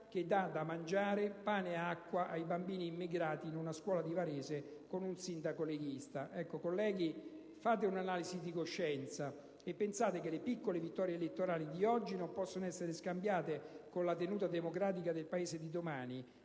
che dà da mangiare pane e acqua ai bambini immigrati in una scuola di Varese con un sindaco leghista. Colleghi, fate una analisi di coscienza e pensate che le piccole vittorie elettorali di oggi non possono essere scambiate con la tenuta democratica del Paese di domani,